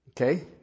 Okay